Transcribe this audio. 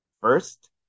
First